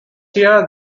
here